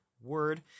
word